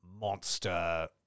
monster